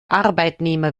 arbeitnehmer